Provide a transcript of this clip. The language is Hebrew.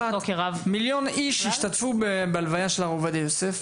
מיליון איש השתתפו בהלוויה של הרב עובדיה יוסף.